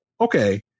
okay